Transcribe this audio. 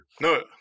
No